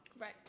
Right